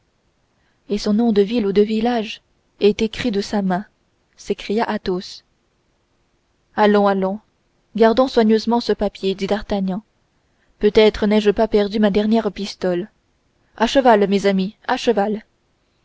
et ce nom de ville ou de village est écrit de sa main s'écria athos allons allons gardons soigneusement ce papier dit d'artagnan peut-être n'ai-je pas perdu ma dernière pistole à cheval mes amis à cheval